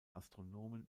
astronomen